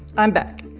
i'm back.